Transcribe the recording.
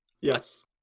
Yes